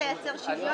שוויון.